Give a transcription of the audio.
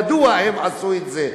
מדוע הם עשו את זה.